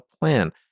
plan